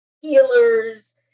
healers